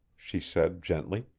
she said gently.